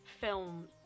film